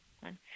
one